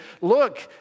look